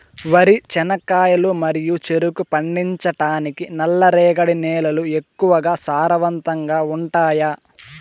వరి, చెనక్కాయలు మరియు చెరుకు పండించటానికి నల్లరేగడి నేలలు ఎక్కువగా సారవంతంగా ఉంటాయా?